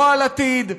לא על עתיד.